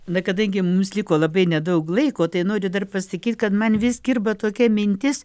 na kadangi mums liko labai nedaug laiko tai noriu dar pasakyt kad man vis kirba tokia mintis